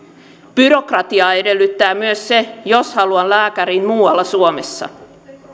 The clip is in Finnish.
byrokratiaa edellyttää myös se jos haluan lääkäriin muualla suomessa